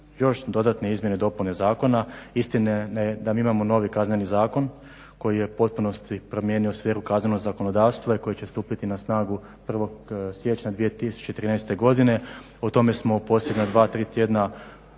još dodatne izmjene i dopune zakona istina je da mi imamo novi Kazneni zakon koji je u potpunosti promijenio sferu kaznenog zakonodavstva i koji će stupiti na snagu 1.siječnja 2013.godine. o tome smo u posljednja 2, 3 tjedna